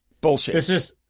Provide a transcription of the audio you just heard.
bullshit